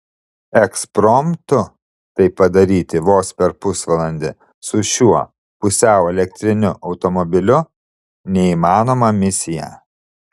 ekspromtu tai padaryti vos per pusvalandį su šiuo pusiau elektriniu automobiliu neįmanoma misija